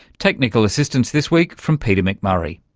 technical assistance this week from peter mcmurray.